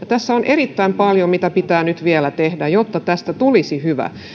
tässä on erittäin paljon mitä pitää nyt vielä tehdä jotta tästä tulisi hyvä